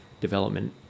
development